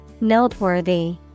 Noteworthy